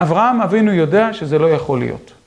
אברהם אבינו יודע שזה לא יכול להיות.